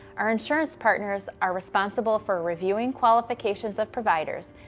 our insurance partners are responsible for reviewing qualifications of providers,